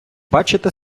бачите